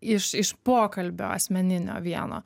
iš iš pokalbio asmeninio vieno